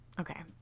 Okay